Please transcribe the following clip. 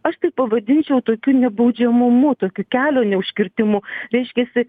aš tai pavadinčiau tokiu nebaudžiamumu tokiu kelio neužkirtimu reiškiasi